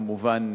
כמובן,